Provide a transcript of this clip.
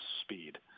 speed